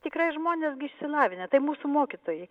tikrai žmonės gi išsilavinę tai mūsų mokytojai